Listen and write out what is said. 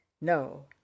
no